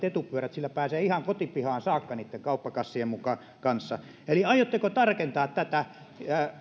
etupyörät sillä pääsee ihan kotipihaan saakka niitten kauppakassien kanssa eli aiotteko tarkentaa tätä